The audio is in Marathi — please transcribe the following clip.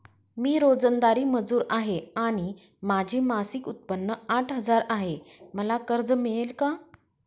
मी रोजंदारी मजूर आहे आणि माझे मासिक उत्त्पन्न आठ हजार आहे, मला कर्ज मिळेल का?